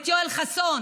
את יואל חסון,